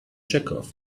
chekhov